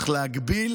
צריך להגביל